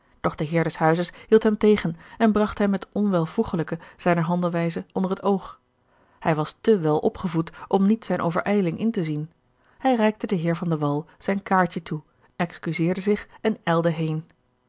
de heer des huizes hield hem tegen en bragt hem het onwelvoegelijke zijner handelwijze onder het oog hij was te wel opgevoed om niet zijne overijling in te zien hij reikte den heer van de wall zijn kaartje toe excuseerde zich en ijlde heen